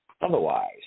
otherwise